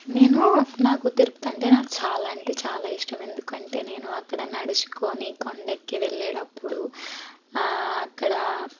నేను నాకు తిరుపతి అంటే నాకు చాలా అంటే చాలా ఇష్టం ఎందుకు అంటే నేను అక్కడ నడుచుకొని కొండఎక్కి వెళ్ళేటప్పుడు అక్కడ